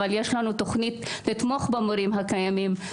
אבל יש לנו תוכנית לתמוך במורים הקיימים,